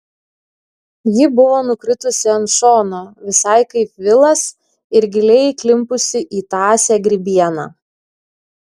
ji buvo nukritusi ant šono visai kaip vilas ir giliai įklimpusi į tąsią grybieną